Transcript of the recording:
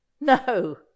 No